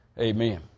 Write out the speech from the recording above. Amen